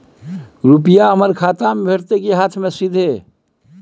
रुपिया हमर खाता में भेटतै कि हाँथ मे सीधे?